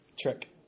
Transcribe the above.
Trick